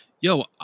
yo